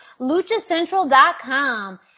LuchaCentral.com